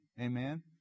Amen